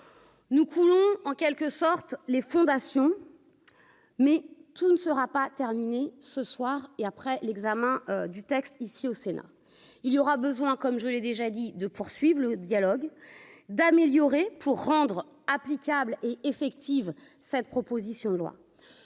nous coulons en quelque sorte les fondations, mais tout ne sera pas terminé ce soir et après l'examen du texte ici au Sénat, il y aura besoin, comme je l'ai déjà dit de poursuivre le dialogue, d'améliorer, pour rendre applicable et effective, cette proposition de loi